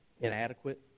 inadequate